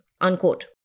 Unquote